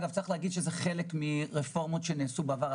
צריך להגיד שזה חלק מרפורמות שנעשו בעבר,